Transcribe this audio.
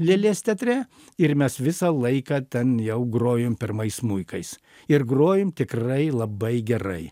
lėlės teatre ir mes visą laiką ten jau grojom pirmais smuikais ir grojom tikrai labai gerai